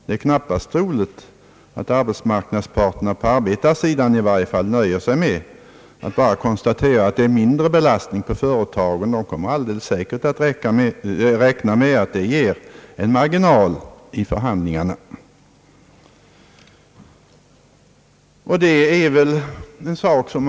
Det är knappast troligt att arbetsmarknadsparterna på arbetarsidan i varje fall — nöjer sig med att bara konstatera att det blir en mindre belastning på företagen. De skulle då alldeles säkert räkna med att det fanns en större marginal att förhandla om.